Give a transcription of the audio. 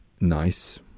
NICE